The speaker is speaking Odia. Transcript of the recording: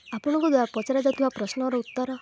ଆପଣଙ୍କ ଦ୍ଵାରା ପଚରାଯାଉଥିବା ପ୍ରଶ୍ନର ଉତ୍ତର